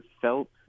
felt